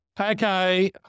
Okay